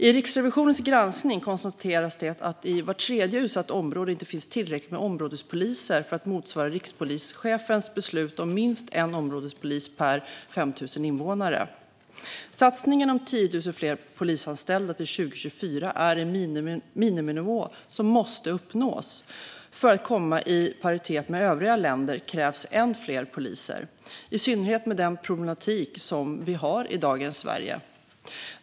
I Riksrevisionens granskning konstateras att det i vart tredje utsatt område inte finns tillräckligt med områdespoliser för att motsvara rikspolischefens beslut om minst en områdespolis per 5 000 invånare. Satsningen på 10 000 fler polisanställda till 2024 avser en miniminivå som måste uppnås. För att komma i paritet med övriga länder krävs än fler poliser, i synnerhet med den problematik som vi har i dagens Sverige.